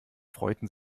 freuten